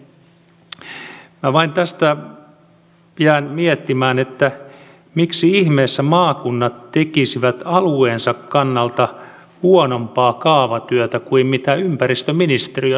minä vain jään tästä miettimään miksi ihmeessä maakunnat tekisivät alueensa kannalta huonompaa kaavatyötä kuin mitä ympäristöministeriö sallii tehtävän